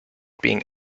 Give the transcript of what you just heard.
being